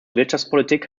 wirtschaftspolitik